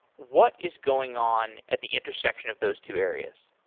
what is going on at the intersection of those two areas?